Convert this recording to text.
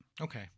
Okay